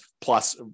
plus